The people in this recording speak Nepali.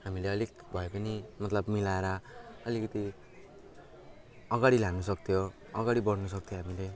हामीले अलिक भए पनि मतलब मिलाएर अलिकति अगाडि लानु सक्थ्यो अगाडि बढ्नु सक्थ्यो हामीले